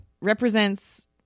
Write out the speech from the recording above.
represents